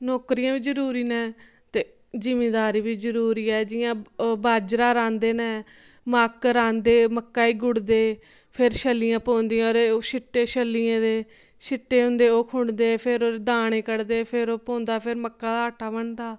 नौकरियां बी जरूरी न ते जिमीदारी बी जरूरी ऐ जियां बाजरा राह्ंदे नै मक्क राह्ंदे मक्का गी गुड्डदे फिर छल्लियां पौंदियां ते सिट्टे छल्लियें दे सिट्टे होंदे ओह् खुंड्डदे फिर दाने कढदे फिर ओह् पौंदा फिर मक्का दा आटा बनदा